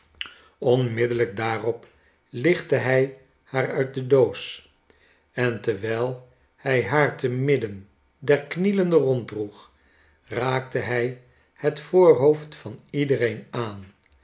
onmiddellijk daarop lichtte hij haar uit de doos en terwijl hij haar te midden der knielenden ronddroeg raakte hij het voorhoofd van iedereen aan